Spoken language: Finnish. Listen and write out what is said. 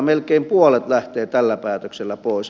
melkein puolet lähtee tällä päätöksellä pois